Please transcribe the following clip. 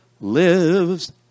lives